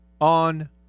on